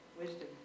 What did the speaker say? Wisdom